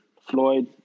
Floyd